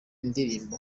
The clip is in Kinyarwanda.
ndirimbo